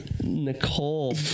Nicole